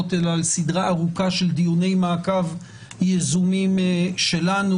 אלא על סדרה ארוכה של דיוני מעקב יזומים שלנו.